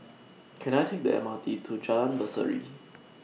Can I Take The M R T to Jalan Berseri